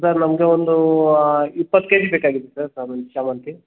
sir ನಮಗೆ ಒಂದು ಇಪ್ಪತ್ತು ಕೆಜಿ ಬೇಕಾಗಿತ್ತು ಸರ್ ಶಾಮನ್ ಶಾಮಂತಿ